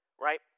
Right